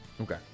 Okay